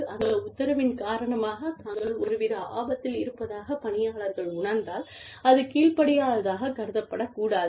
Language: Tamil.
அந்த உத்தரவின் காரணமாக தாங்கள் ஒருவித ஆபத்தில் இருப்பதாக பணியாளர்கள் உணர்ந்தால் அது கீழ்ப்படியாததாகக் கருதப்படக்கூடாது